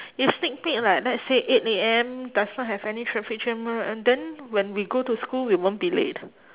if sneak peek like let's say eight A_M does not have any traffic jam right then when we go to school we won't be late